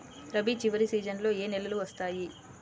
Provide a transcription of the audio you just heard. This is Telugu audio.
రబీ చివరి సీజన్లో ఏ నెలలు వస్తాయి?